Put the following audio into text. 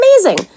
Amazing